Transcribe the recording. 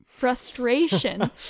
Frustration